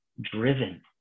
driven